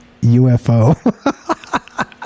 UFO